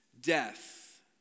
death